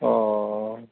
अ'